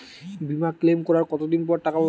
বিমা ক্লেম করার কতদিন পর টাকা পাব?